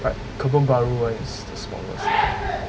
but kebun baru one is the smallest